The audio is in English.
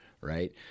Right